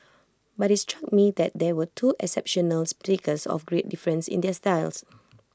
but IT struck me that there were two exceptional speakers of great difference in their styles